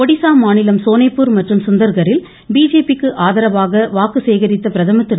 ஒடிசா மாநிலம் சோனேபூர் மற்றும் சுந்தர்கா்ரில் பிஜேபிக்கு ஆதரவாக வாக்கு சேகரித்த பிரதமர் திரு